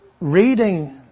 reading